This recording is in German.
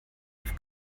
auf